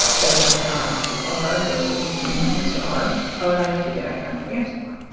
but it's got the r versus g minus r color magnitude diagram that we asked for.